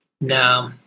No